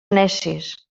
necis